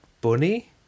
Bunny